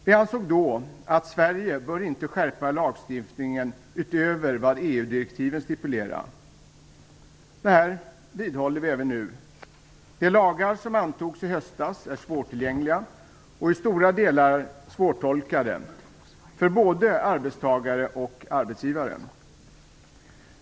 Vi ansåg då att Sverige inte bör skärpa lagstiftningen utöver vad EU-direktiven stipulerar. Detta vidhåller vi även nu. De lagar som antogs i höstas är svårtillgängliga och i stora delar svårtolkade för både arbetstagare och arbetsgivare.